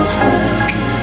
home